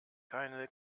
keine